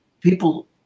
people